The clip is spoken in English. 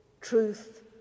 Truth